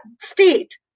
state